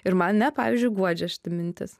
ir man ne pavyzdžiui guodžia šita mintis